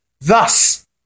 Thus